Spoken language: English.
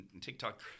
TikTok –